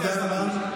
תודה רבה.